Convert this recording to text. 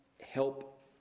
help